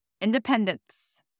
independence